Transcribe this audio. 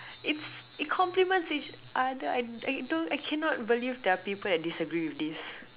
it's it complements each other I I don't I cannot believe there are people that disagree with this